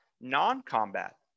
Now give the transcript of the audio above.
non-combat